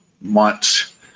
months